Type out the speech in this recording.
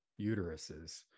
uteruses